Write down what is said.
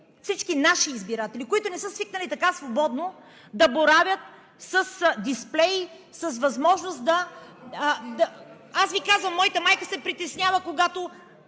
всички наши избиратели – хора, които не са свикнали така свободно да боравят с дисплей, с възможност за… Аз Ви казвам, че моята майка се притеснява, когато